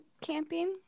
camping